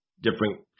different